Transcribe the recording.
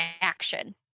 action